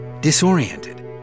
Disoriented